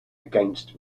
against